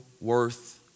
worth